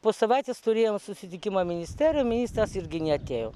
po savaitės turėjau susitikimą ministerijoj ministras irgi neatėjo